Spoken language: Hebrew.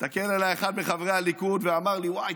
הסתכל עליי אחד מחברי הליכוד ואמר לי: וואי,